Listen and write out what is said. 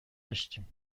داشتیم